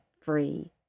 free